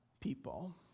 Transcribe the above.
people